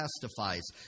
testifies